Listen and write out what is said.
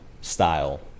style